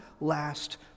last